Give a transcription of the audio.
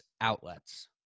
outlets